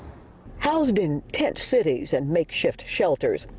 housed in tent cities and makeshift shelters,